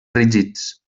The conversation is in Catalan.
rígids